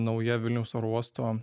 nauja vilniaus oro uosto